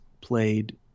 played